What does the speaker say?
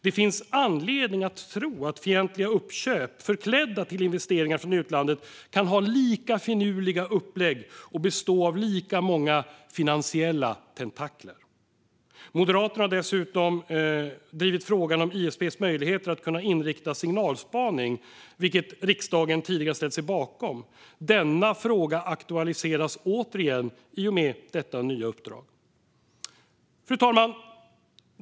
Det finns anledning att tro att fientliga uppköp förklädda till investeringar från utlandet kan ha lika finurliga upplägg och bestå av lika många finansiella tentakler. Moderaterna har dessutom drivit frågan om ISP:s möjligheter att inrikta signalspaning, vilket riksdagen tidigare ställt sig bakom. Denna fråga aktualiseras återigen i och med detta nya uppdrag. Fru talman!